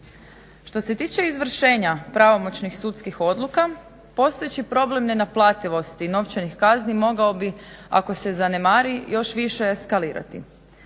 Što se tiče izvršenja pravomoćnih sudskih odluka postojeći problem nenaplativosti novčanih kazni mogao bi ako se zanemari još više skalirati.